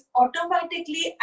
automatically